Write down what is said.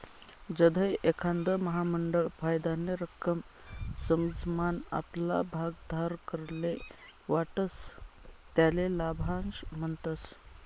जधय एखांद महामंडळ फायदानी रक्कम समसमान आपला भागधारकस्ले वाटस त्याले लाभांश म्हणतस